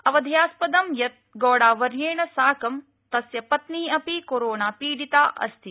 अवधेयास्पद यत् गौड़ावर्येण साकं तस्य पत्नी अपि कोरोनापीड़िता अस्ति